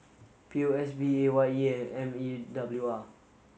P O S B A Y E and M E W R